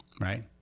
right